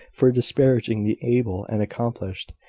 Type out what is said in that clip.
for disparaging the able and accomplished,